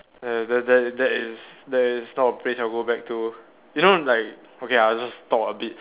err that that that is that is not a place I'll go back to you know like okay lah let's just talk a bit